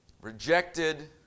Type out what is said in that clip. rejected